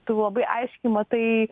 tu labai aiškiai matai